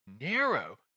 narrow